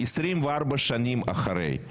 24 שנים אחרי.